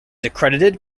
accredited